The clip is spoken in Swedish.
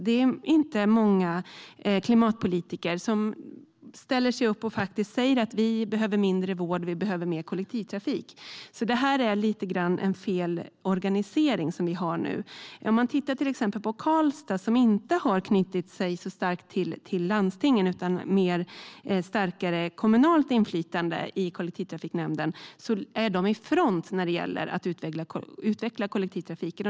Det är inte många klimatpolitiker som ställer sig upp och säger: Vi behöver mindre vård och mer kollektivtrafik. Det är lite grann en felaktig organisering som vi nu har. Om man till exempel tittar på Karlstad, som inte har knutit sig så starkt till landstingen utan har ett starkare kommunalt inflytande i kollektivtrafiknämnden, kan man se att de är i front när det gäller att utveckla kollektivtrafiken.